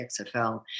XFL